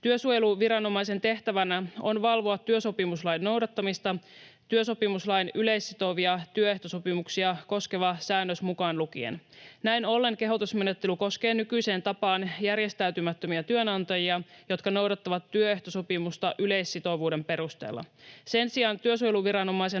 Työsuojeluviranomaisen tehtävänä on valvoa työsopimuslain noudattamista, työsopimuslain yleissitovia työehtosopimuksia koskeva säännös mukaan lukien. Näin ollen kehotusmenettely koskee nykyiseen tapaan järjestäytymättömiä työnantajia, jotka noudattavat työehtosopimusta yleissitovuuden perusteella. Sen sijaan työsuojeluviranomaisen